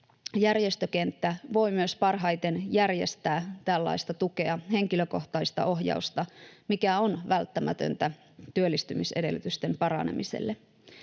järjestökenttä voi myös parhaiten järjestää tällaista tukea, henkilökohtaista ohjausta, mikä on välttämätöntä työllistymisedellytysten paranemiselle.